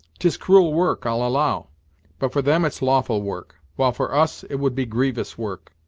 tis cruel work, i'll allow but for them it's lawful work while for us, it would be grievous work.